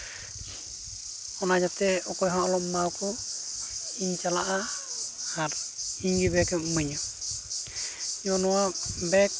ᱚᱱᱟ ᱡᱟᱛᱮ ᱚᱠᱚᱭ ᱦᱚᱸ ᱟᱞᱚᱢ ᱮᱢᱟᱣᱟᱠᱚ ᱤᱧ ᱪᱟᱞᱟᱜᱼᱟ ᱟᱨ ᱤᱧ ᱜᱮ ᱵᱮᱜᱮᱢ ᱤᱢᱟᱹᱧᱟ ᱤᱧᱟᱹᱜ ᱱᱚᱣᱟ ᱵᱮᱜᱽ